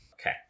Okay